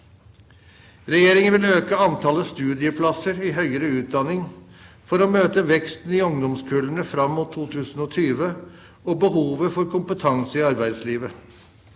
Regjeringen vil øke antallet studieplasser i høyere utdanning for å møte veksten i ungdomskullene fram mot 2020 og behovet for kompetanse i arbeidslivet.